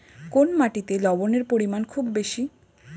কোন মাটিতে লবণের পরিমাণ খুব বেশি?